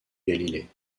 galilée